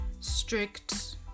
Strict